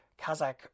Kazakh